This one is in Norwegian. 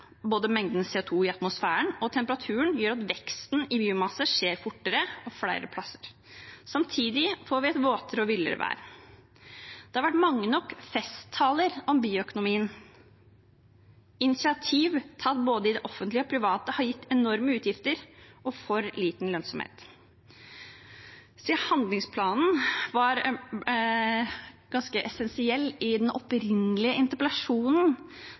Både mengden CO 2 i atmosfæren og temperaturen gjør at veksten i biomasse skjer fortere og flere plasser. Samtidig får vi et våtere og villere vær. Det har vært mange nok festtaler om bioøkonomien. Initiativ tatt både i det offentlige og i det private har gitt enorme utgifter og for liten lønnsomhet. Siden handlingsplanen var ganske essensiell i den opprinnelige interpellasjonen,